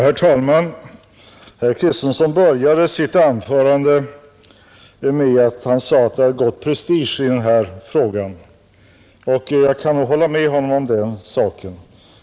Herr talman! Herr Kristenson började sitt anförande med att säga att det hade gått prestige i denna fråga, och jag kan nog hålla med honom om detta.